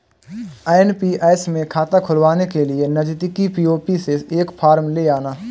NPS में खाता खुलवाने के लिए नजदीकी पी.ओ.पी से एक फॉर्म ले आना